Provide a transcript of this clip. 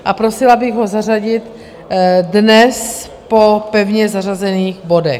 A prosila bych ho zařadit dnes po pevně zařazených bodech.